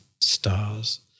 stars